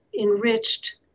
enriched